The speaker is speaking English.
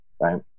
right